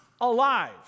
alive